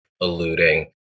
alluding